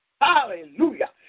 Hallelujah